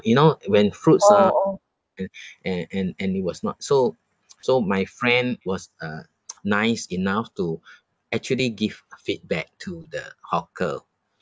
you know when fruits are and and and it was not so so my friend was uh nice enough to actually give feedback to the hawker